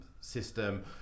system